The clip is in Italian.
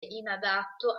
inadatto